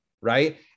Right